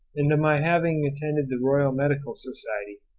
and to my having attended the royal medical society,